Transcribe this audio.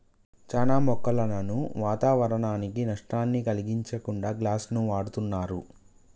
చానా మొక్కలను వాతావరనానికి నష్టాన్ని కలిగించకుండా గ్లాస్ను వాడుతున్నరు